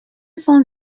cent